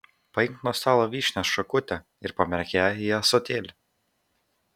paimk nuo stalo vyšnios šakutę ir pamerk ją į ąsotėlį